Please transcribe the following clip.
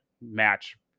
match